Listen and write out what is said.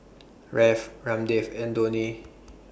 Dev Ramdev and Dhoni